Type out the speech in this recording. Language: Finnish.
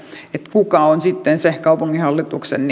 kuka on sitten se kaupunginhallituksen